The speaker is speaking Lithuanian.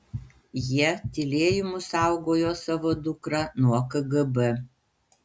jie tylėjimu saugojo savo dukrą nuo kgb